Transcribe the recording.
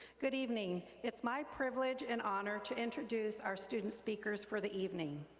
good evening, it's my privilege and honor to introduce our student speakers fir the evening.